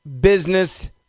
business